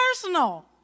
personal